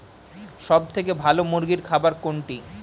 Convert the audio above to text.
সবথেকে ভালো মুরগির খাবার কোনটি?